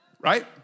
right